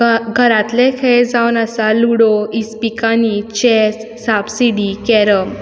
घरांतले खेळ जावन आसा लुडो इस्पिकांनी चेस सापसिडी कॅरम